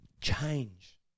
change